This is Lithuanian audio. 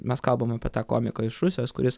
mes kalbam apie tą komiką iš rusijos kuris